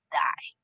die